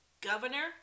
governor